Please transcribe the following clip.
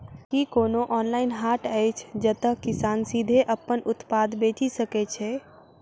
की कोनो ऑनलाइन हाट अछि जतह किसान सीधे अप्पन उत्पाद बेचि सके छै?